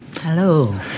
hello